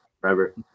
forever